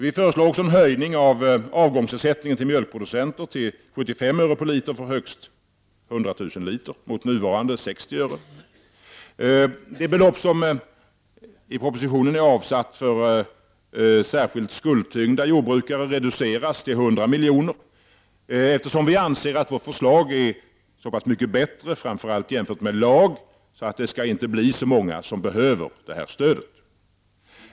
Vi föreslår också en höjning av avgångsersättningen till mjölkproducenter till 75 öre liter. Det belopp som enligt propositionen skall avsättas till särskilt skuldtyngda jordbrukare reduceras i vårt förslag till 100 milj.kr., eftersom vi anser att vårt förslag är så pass mycket bättre, framför allt jämfört med LAGSs, att det inte skall bli så många som behöver stödet.